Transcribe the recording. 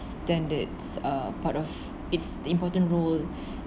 standards are part of its important rule